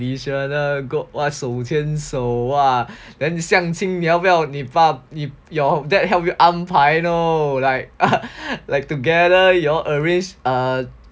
traditional [what] 手牵手 !wah! then 相亲你要不要 your dad help you 安排 know like like together you arrange a